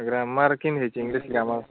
grammar କେମିତି ହେଇଛି English grammar